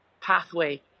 Pathway